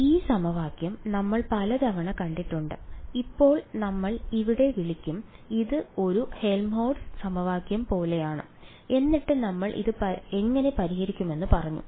ഈ സമവാക്യം നമ്മൾ പലതവണ കണ്ടിട്ടുണ്ട് ഇപ്പോൾ നമ്മൾ ഇതിനെ വിളിക്കും ഇത് ഒരു ഹെൽമോൾട്ട്സ് സമവാക്യം പോലെയാണ് എന്നിട്ട് നമ്മൾ ഇത് എങ്ങനെ പരിഹരിക്കുമെന്ന് പറഞ്ഞു